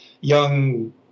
young